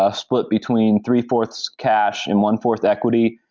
ah split between three-fourths cash and one-fourth equity,